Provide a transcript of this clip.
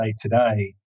today